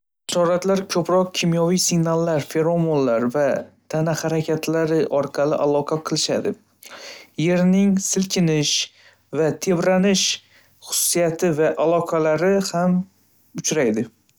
ko‘proq kimyoviy signallar feromonlar va tana harakatlari orqali aloqa qilishadi. Yerning silkinishi va tebranish xususiyati va aloqalari ham uchraydi.